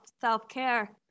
self-care